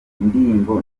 indirimbo